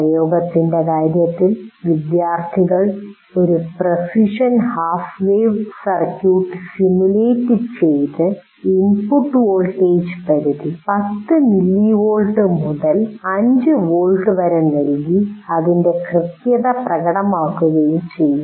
പ്രയോഗത്ത൯്റെ കാര്യത്തിൽ വിദ്യാർത്ഥികൾ ഒരു precision half wave circuit simulate ചെയ്യത് ഇൻപുട്ട് വോൾട്ടേജ് പരിധി 10 മില്ലിവോൾട്ട് മുതൽ 5 വോൾട്ട് വരെ നൽകി അതിന്റെ കൃത്യത പ്രകടമാക്കുകയും ചെയ്യും